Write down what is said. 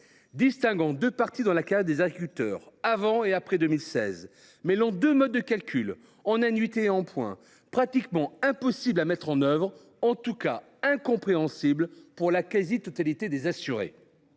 distinguant deux parties dans la carrière des agriculteurs – avant et après 2016 –, mêlant deux modes de calcul, par annuités et par points, pratiquement impossible à mettre en œuvre, en tout cas incompréhensible pour la quasi totalité des assurés.